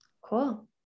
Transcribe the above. Cool